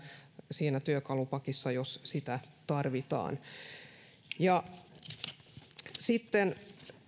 siinä työkalupakissa jos sitä tarvitaan sitten